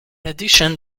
addition